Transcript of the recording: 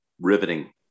riveting